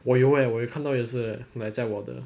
我有 eh 我有看到也是 eh like 在我的